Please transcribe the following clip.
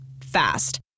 Fast